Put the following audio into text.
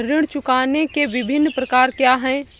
ऋण चुकाने के विभिन्न प्रकार क्या हैं?